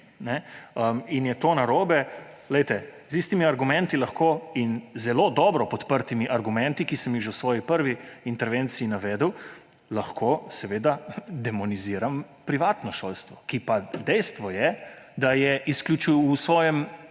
in je to narobe; poglejte, z istimi argumenti in zelo z dobro podprtimi argumenti, ki sem jih že v svoji prvi intervenciji navedel, lahko seveda demoniziram privatno šolstvo. Ki pa, dejstvo je, da je v svojem